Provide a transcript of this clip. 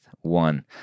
one